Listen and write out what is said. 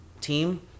team